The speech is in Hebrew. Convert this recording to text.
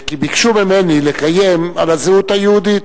ביקשו ממני לקיים דיון על הזהות היהודית.